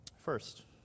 First